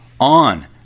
on